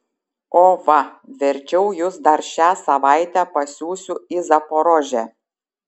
o va verčiau jus dar šią savaitę pasiųsiu į zaporožę